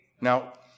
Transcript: Now